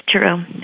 true